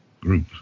group